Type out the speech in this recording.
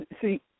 See